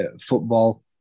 football